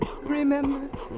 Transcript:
Remember